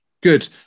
Good